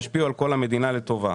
הן ישפיעו על כל המדינה לטובה.